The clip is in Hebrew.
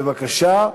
מס' 3163. בבקשה.